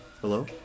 Hello